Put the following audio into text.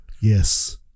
yes